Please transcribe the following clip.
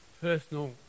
personal